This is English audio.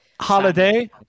Holiday